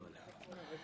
מי דואג לשלום הילד?